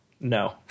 No